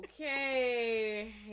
okay